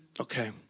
Okay